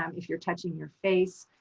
um if you're touching your face,